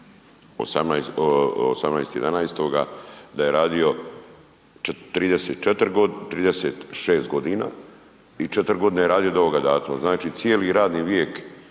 18.11., da je radio 36.g. i 4.g. je radio do ovoga datuma, znači cijeli radni vijek